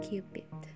Cupid